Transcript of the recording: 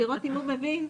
לראות אם הוא מבין.